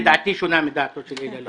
ודעתי שונה מדעתו של אלי אלאלוף.